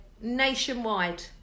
nationwide